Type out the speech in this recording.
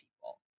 people